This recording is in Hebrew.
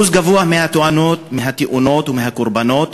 אחוז גבוה מהתאונות, מהקורבנות,